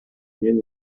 мен